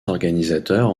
organisateurs